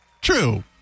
true